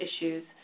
issues